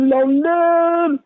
London